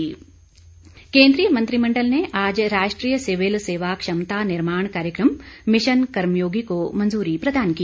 cabinet फैसले केंद्रीय मंत्रिमंडल ने आज राष्ट्रीय सिविल सेवा क्षमता निर्माण कार्यक्रम मिशन कर्मयोगी को मंजूरी प्रदान की